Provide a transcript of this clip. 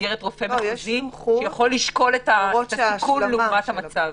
במסגרת רופא מחוזי שיכול לשקול את הסיכון לעומת המצב.